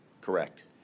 Correct